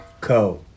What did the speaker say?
Co